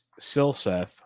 Silseth